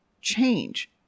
change